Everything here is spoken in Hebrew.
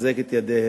לחזק את ידיהם,